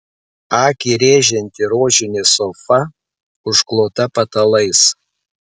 akį rėžianti rožinė sofa užklota patalais